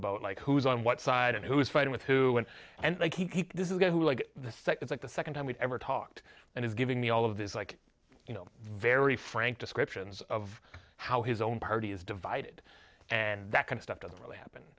about like who's on what side and who is fighting with who and and like he keep this guy who like the sec is like the second time we've ever talked and it's giving me all of this like you know very frank descriptions of how his own party is divided and that kind of stuff doesn't really happen